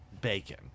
bacon